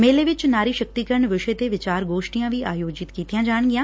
ਮੇਲੇ ਵਿਚ ਨਾਰੀ ਸ਼ਕਤੀਕਰਨ ਵਿਸ਼ੇ ਤੇ ਵਿਚਾਰ ਗੋਸ਼ਟੀਆਂ ਵੀ ਆਯੋਜਿਤ ਕੀਤੀਆਂ ਜਾਣਗੀਆਂ